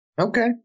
Okay